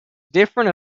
differing